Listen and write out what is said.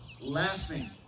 Laughing